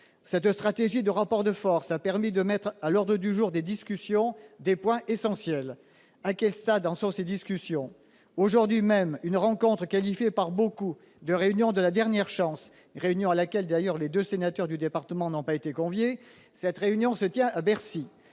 Cette stratégie de rapport de forces a permis de mettre à l'ordre du jour des discussions des points essentiels. À quel stade en sont ces discussions ? Aujourd'hui même, une rencontre, qualifiée par beaucoup de « réunion de la dernière chance », et à laquelle les deux sénateurs du département n'ont pas été conviés, se tient à Bercy.